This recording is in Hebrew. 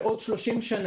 בעוד 30 שנה,